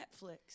Netflix